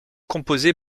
composé